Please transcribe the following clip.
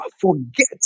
forget